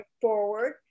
forward